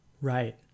Right